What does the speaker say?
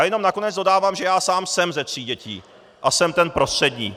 Jenom nakonec dodávám, že já sám jsem ze tří dětí a jsem ten prostřední.